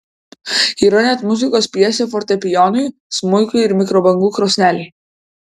yra net muzikos pjesė fortepijonui smuikui ir mikrobangų krosnelei